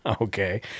Okay